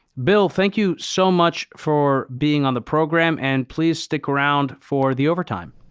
bill, thank you so much for being on the program and please stick around for the overtime.